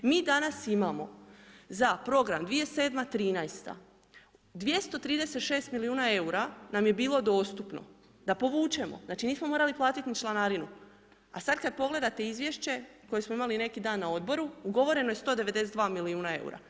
Mi danas imamo za program 2007.-2013. 236 milijuna eura nam je bilo dostupno da povučemo, znači nismo morali platiti ni članarinu a sad kad pogledate izvješće koje smo imali neki dan na odboru, ugovoreno je 192 milijuna eura.